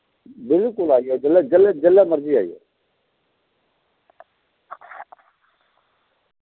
बिल्कुल आई जाओ जिल्लै जिल्लै जिल्लै मर्जी आई जाओ